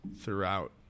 throughout